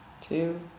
two